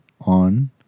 on